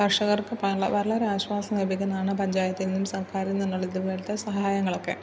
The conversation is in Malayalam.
കർഷകർക്ക് വളരെ ആശ്വാസം ലഭിക്കുന്നതാണ് പഞ്ചായത്തിൽനിന്നും സർക്കാരിൽ നിന്നുമുള്ള ഇതുപോലത്തെ സഹായങ്ങളൊക്കെ